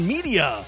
Media